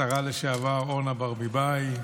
השרה לשעבר אורנה ברביבאי,